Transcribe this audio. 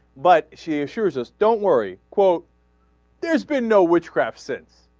but she assures us don't worry there's been no witchcraft since